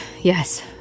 yes